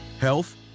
health